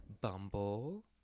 Bumble